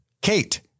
Kate